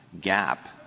gap